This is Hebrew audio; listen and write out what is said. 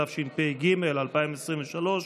התשפ"ג 2023,